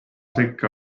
sekka